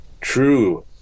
true